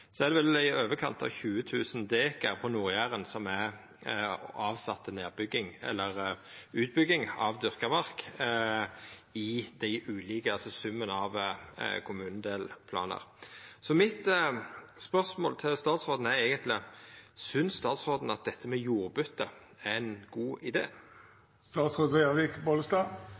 er vel i overkant av 20 000 dekar på Nord-Jæren som er avsett til nedbygging eller utbygging av dyrka mark, altså summen av kommunedelplanar. Så spørsmålet mitt til statsråden er eigentleg; Synest statsråden at dette med jordbytte er ein god